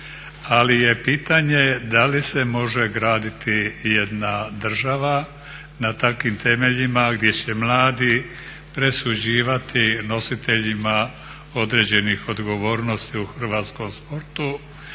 ali je pitanje da li se može graditi jedna država na takvim temeljima gdje će mladi presuđivati nositeljima određenih odgovornosti u hrvatskom sportu